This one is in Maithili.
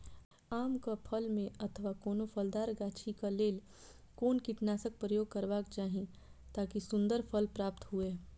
आम क फल में अथवा कोनो फलदार गाछि क लेल कोन कीटनाशक प्रयोग करबाक चाही ताकि सुन्दर फल प्राप्त हुऐ?